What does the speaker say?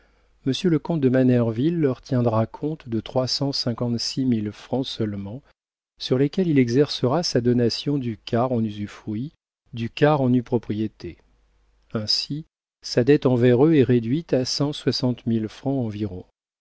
monsieur le comte de manerville leur tiendra compte de trois cent cinquante-six mille francs seulement sur lesquels il exercera sa donation du quart en usufruit du quart en nue propriété ainsi sa dette envers eux est réduite à cent soixante mille francs environ